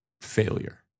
failure